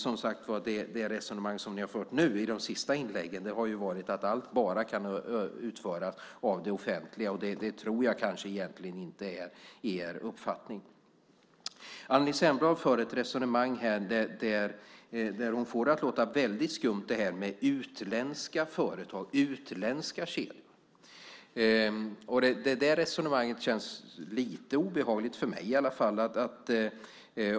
Det resonemang som ni har fört i de senaste inläggen är att allt bara kan utföras av det offentliga. Jag tror att det egentligen inte är er uppfattning. Anneli Särnblad för ett resonemang där hon får det att låta väldigt skumt med utländska företag och utländska kedjor. Det resonemanget känns lite obehagligt för mig.